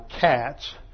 CATS